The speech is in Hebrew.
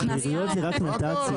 בעיריות זה רק נת"צים.